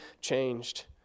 changed